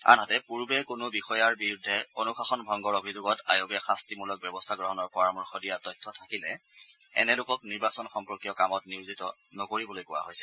আনহাতে পূৰ্বে কোনো বিষয়াৰ বিৰুদ্ধে অনুশাসন ভংগৰ অভিযোগত আয়োগে শাস্তিমূলক ব্যৱস্থা গ্ৰহণৰ পৰামৰ্শ দিয়া তথ্য থাকিলে এনে লোকক নিৰ্বাচন সম্পৰ্কীয় কামত নিয়োজিত নকৰিবলৈ কোৱা হৈছে